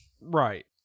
Right